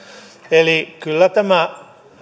eli kyllä on tämä